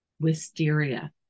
wisteria